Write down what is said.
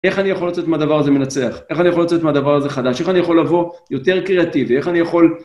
איך אני יכול לצאת מהדבר הזה מנצח, איך אני יכול לצאת מהדבר הזה חדש, איך אני יכול לבוא יותר קריאטיבי, איך אני יכול...